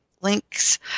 Links